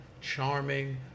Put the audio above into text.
charming